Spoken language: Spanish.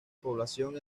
población